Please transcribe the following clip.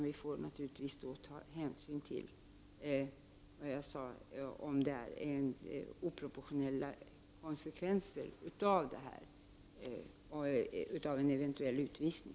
Vi får ta hänsyn till, som jag nämnde tidigare, om det blir oproportionerliga konsekvenser av en eventuell avvisning.